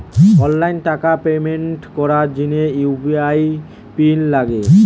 online টাকার payment করার জিনে ইউ.পি.আই পিন লাগে